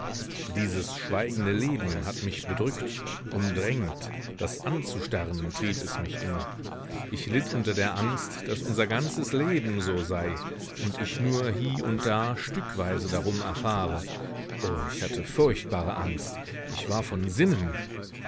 dieses schweigende leben hat mich bedrückt umdrängt das anzustarren trieb es mich immer ich litt unter der angst daß unser ganzes leben so sei und ich nur hie und da stückweise darum erfahre o ich hatte furchtbare angst ich war von sinnen